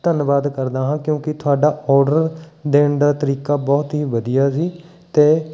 ਧੰਨਵਾਦ ਕਰਦਾ ਹਾਂ ਕਿਉਂਕਿ ਤੁਹਾਡਾ ਓਡਰ ਦੇਣ ਦਾ ਤਰੀਕਾ ਬਹੁਤ ਹੀ ਵਧੀਆ ਸੀ ਅਤੇ